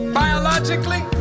biologically